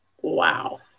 Wow